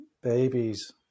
babies